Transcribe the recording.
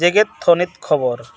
ᱡᱮᱜᱮᱫ ᱛᱷᱟᱱᱤᱛ ᱠᱷᱚᱵᱚᱨ